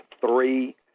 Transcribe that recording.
three